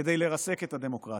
כדי לרסק את הדמוקרטיה.